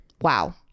wow